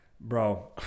Bro